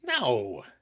No